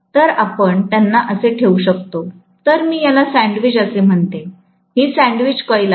तर आपण त्यांना असे ठेवू शकतो तर मी याला सँडविच असे म्हणते ही सँडविच कॉईल आहे